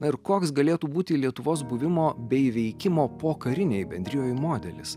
na ir koks galėtų būti lietuvos buvimo bei veikimo pokarinėj bendrijoj modelis